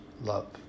love